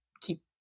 keep